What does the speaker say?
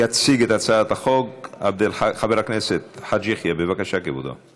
יציג את הצעת החוק חבר הכנסת עבד אל